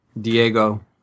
Diego